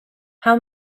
how